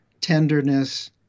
tenderness